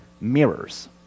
mirrors